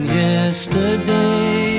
yesterday